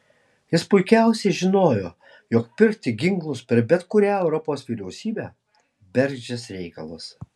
jis puikiausiai žinojo jog pirkti ginklus per bet kurią europos vyriausybę bergždžias reikalas